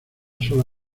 sola